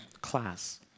class